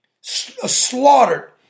Slaughtered